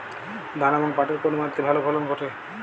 ধান এবং পাটের কোন মাটি তে ভালো ফলন ঘটে?